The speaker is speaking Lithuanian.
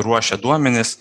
ruošia duomenis